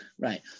Right